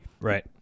right